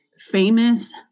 famous